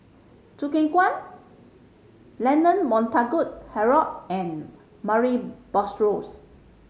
Choo Keng Kwang Leonard Montague Harrod and Murray Buttrose